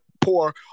poor